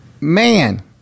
Man